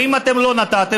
ואם אתם לא נתתם,